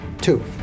two